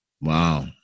Wow